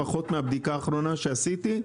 לפחות מהבדיקה האחרונה שעשיתי,